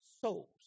souls